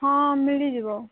ହଁ ମିଳିଯିବ